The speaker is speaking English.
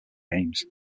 games